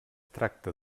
tracta